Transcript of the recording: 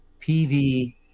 PV